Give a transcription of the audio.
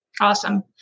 Awesome